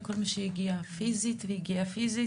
לכל מי שהגיעה והגיע פיזית,